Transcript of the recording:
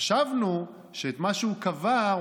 חשבנו שאת מה שהוא קבע,